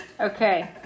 Okay